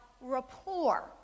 rapport